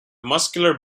muscular